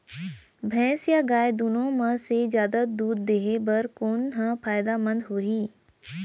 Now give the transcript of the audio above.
भैंस या गाय दुनो म से जादा दूध देहे बर कोन ह फायदामंद होही?